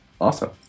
awesome